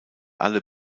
alle